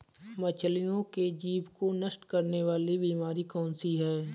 मछलियों के जीभ को नष्ट करने वाली बीमारी कौन सी है?